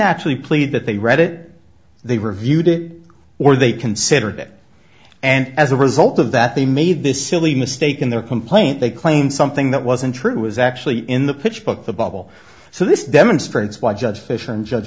actually plead that they read it they reviewed it or they considered it and as a result of that they made this silly mistake in their complaint they claimed something that wasn't true was actually in the pitch book the bubble so this demonstrates why judge fisher and judge